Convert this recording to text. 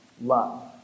love